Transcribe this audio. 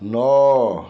ନଅ